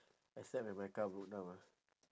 except when my car broke down ah